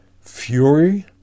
fury